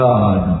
God